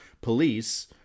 Police